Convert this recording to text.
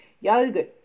Yogurt